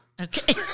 Okay